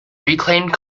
reclaimed